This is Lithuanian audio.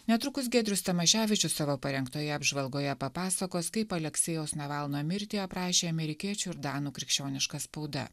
netrukus giedrius tamaševičius savo parengtoje apžvalgoje papasakos kaip aleksejaus navalno mirtį aprašė amerikiečių ir danų krikščioniška spauda